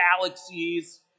galaxies